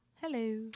Hello